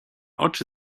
oczy